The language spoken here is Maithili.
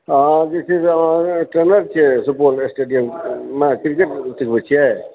अहाँ जे छै से ट्रेनर छियै सुपौल स्टेडियममे अहाँ क्रिकेट सिखबै छियै